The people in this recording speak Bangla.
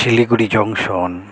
শিলিগুড়ি জংশন